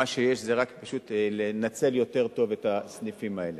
מה שיש זה רק פשוט לנצל יותר טוב את הסניפים האלה.